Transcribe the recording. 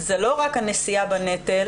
זה לא רק הנשיאה בנטל,